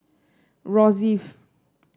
Rosyth